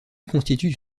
constituent